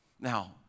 Now